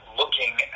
looking